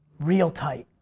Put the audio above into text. real tight.